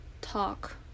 talk